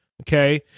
Okay